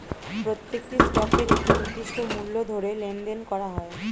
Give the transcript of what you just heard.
প্রত্যেকটি স্টকের একটি নির্দিষ্ট মূল্য ধরে লেনদেন করা হয়